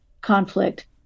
conflict